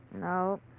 No